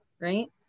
right